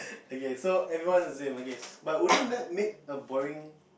okay so everyone is the same okay but wouldn't that make a boring